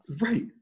Right